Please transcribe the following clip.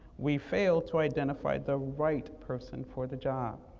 we failed to identify the right person for the job.